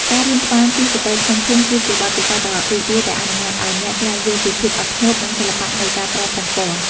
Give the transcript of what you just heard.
ការរៀនត្បាញពីស្ត្រីក្នុងភូមិ គឺជាបទពិសោធន៍ដ៏រីករាយដែលអនុញ្ញាតឱ្យអ្នកស្វែងយល់ពីភាពអត់ធ្មត់ និងសិល្បៈនៃការប្រើប្រាស់ពណ៌។